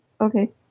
Okay